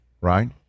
right